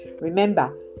Remember